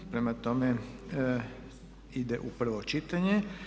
Prema tome ide u prvo čitanje.